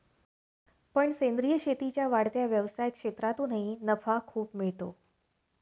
पण सेंद्रीय शेतीच्या वाढत्या व्यवसाय क्षेत्रातूनही नफा खूप मिळतो